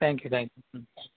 thank you thank you ம்